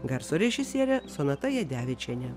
garso režisierė sonata jadevičienė